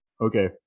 okay